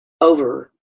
over